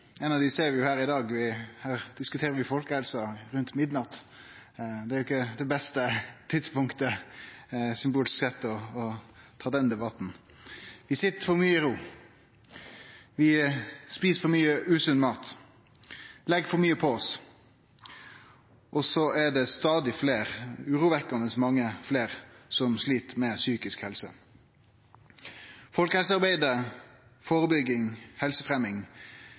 Ei av dei ser vi her i dag, når vi diskuterer folkehelsa rundt midnatt. Det er ikkje det beste tidspunktet, symbolsk sett, for å ta den debatten. Vi sit for mykje i ro. Vi et for mykje usunn mat, vi legg for mykje på oss, og det er stadig fleire – urovekkjande mange – som slit med psykisk helse. Folkehelsearbeidet